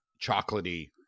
chocolatey